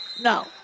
No